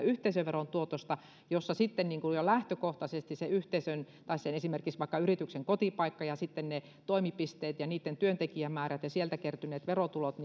yhteisöveron tuotosta jossa sitten jo lähtökohtaisesti sen yhteisön esimerkiksi vaikka yrityksen kotipaikka ja sitten toimipisteet ja niitten työntekijämäärät ja sieltä kertyneet verotulot